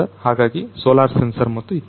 ಹಾಗಾಗಿ solar sensor ಮತ್ತು ಇತ್ಯಾದಿ